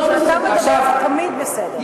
כשאתה מדבר, תמיד בסדר.